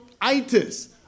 itis